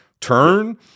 turn